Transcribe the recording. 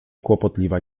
kłopotliwa